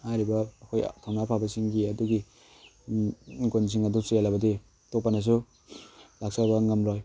ꯍꯥꯏꯔꯤꯕ ꯑꯩꯈꯣꯏ ꯊꯧꯅꯥ ꯐꯕ ꯁꯤꯡꯒꯤ ꯒꯨꯟꯁꯤꯡ ꯑꯗꯨ ꯆꯦꯟꯂꯕꯗꯤ ꯑꯇꯣꯞꯄꯅꯁꯨ ꯂꯥꯛꯆꯕ ꯉꯝꯂꯣꯏ